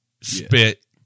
spit